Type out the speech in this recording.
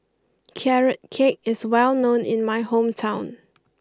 Carrot Cake is well known in my hometown